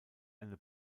eine